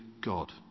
God